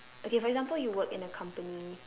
okay for example you work in a company